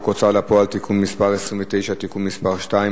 ההוצאה לפועל (תיקון מס' 29) (תיקון מס' 2),